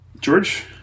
George